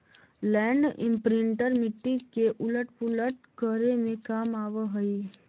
land imprinter मिट्टी के उलट पुलट करे में काम आवऽ हई